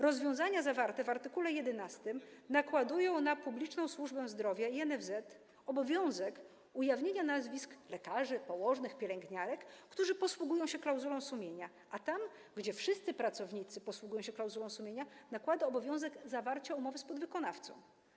Rozwiązania zawarte w art. 11 nakładają na publiczną służbę zdrowia i NFZ obowiązek ujawnienia nazwisk lekarzy, położnych, pielęgniarek, którzy posługują się klauzulą sumienia, a tam gdzie wszyscy pracownicy posługują się klauzulą sumienia, nakłada obowiązek zawarcia umowy z podwykonawcą.